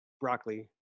broccoli